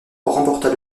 remporta